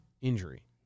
injury